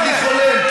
אתה לא חולם.